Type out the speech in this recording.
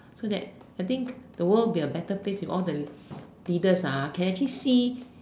so that I think the world will be a better place if all the leaders ah can actually see